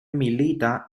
milita